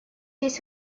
есть